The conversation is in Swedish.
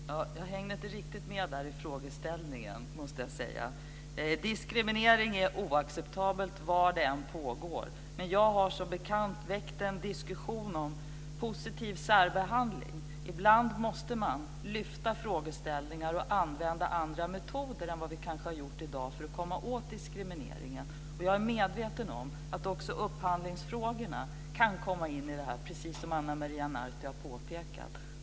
Herr talman! Jag måste säga att jag inte riktigt hängde med i frågeställningen. Diskriminering är oacceptabel var den än pågår, men jag har som bekant väckt en diskussion om positiv särbehandling. Ibland måste man lyfta fram frågeställningar och använda andra metoder än vad vi kanske har gjort hittills för att komma åt diskrimineringen. Jag är medveten om att också upphandlingsfrågorna kan komma in i det här sammanhanget, precis som Ana Maria Narti har påpekat.